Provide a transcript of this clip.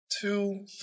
two